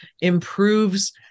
improves